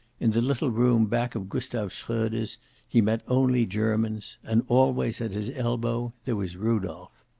in the little room back of gustav shroeder's he met only germans. and always, at his elbow, there was rudolph.